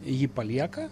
jį palieka